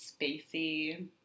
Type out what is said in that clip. spacey